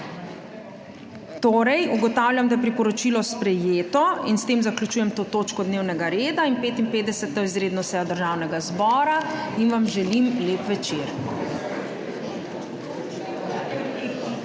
očitno. Ugotavljam, da je priporočilo sprejeto in s tem zaključujem to točko dnevnega reda in 55. izredno sejo Državnega zbora in vam želim lep večer.